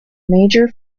major